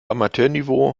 amateurniveau